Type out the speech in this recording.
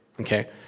okay